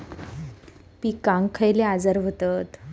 पिकांक खयले आजार व्हतत?